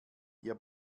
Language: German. ihr